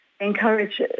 encourage